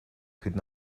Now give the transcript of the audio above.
could